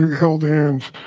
held hands,